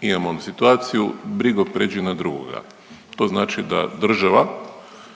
imamo onu situaciju brigo prijeđi na drugoga. To znači da država